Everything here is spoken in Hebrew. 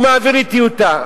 הוא מעביר לי טיוטה.